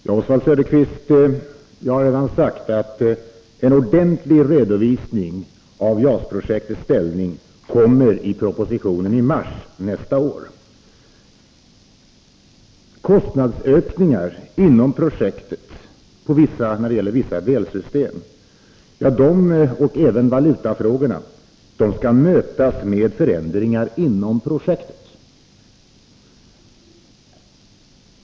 Herr talman! Ja, Oswald Söderqvist, jag har redan sagt att en ordentlig redovisning av JAS-projektets ställning kommer i propositionen i mars nästa år. För det första: Kostnadsökningar inom projektet när det gäller vissa delsystem och även valutafrågorna skall mötas med förändringar inom projektet.